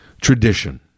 Tradition